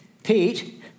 Pete